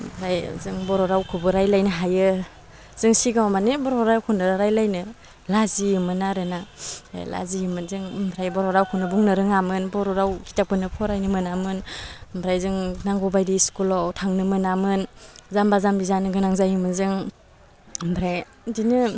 ओमफ्राय जों बर' रावखौबो रायलायनो हायो जों सिगाङाव माने बर' रावखौनो रायलायनो लाजियोमोन आरोना लाजियोमोन जों ओमफ्राय बर' रावखौनो बुंनो रोङामोन बर' राव खिथाबखौनो फरायनो मोनामोन ओमफ्राय जों नांगौबायदि स्कुलाव थांनो मोनामोन जाम्बा जाम्बि जानो गोनां जायोमोन जों ओमफ्राय बिदिनो